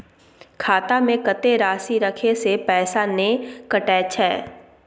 खाता में कत्ते राशि रखे से पैसा ने कटै छै?